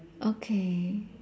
okay